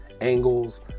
angles